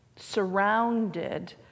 surrounded